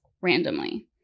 randomly